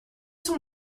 sont